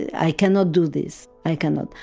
i cannot do this. i cannot.